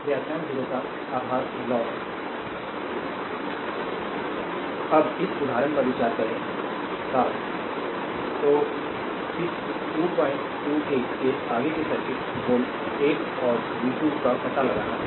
electrical engineering के बुनियादी ढांचे prof Debapriya Das electrical engineering विभाग भारतीय प्रौद्योगिकी संस्थान खड़गपुर व्याख्यान - 07 आधार लॉ जारी स्लाइड टाइम देखें 0021 स्लाइड टाइम देखें 0024 अब इस उदाहरण पर विचार करें 7 तो इस 2 2 a के आगे के सर्किट वोल्ट 1 और v 2 का पता लगाना है